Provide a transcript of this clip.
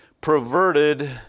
perverted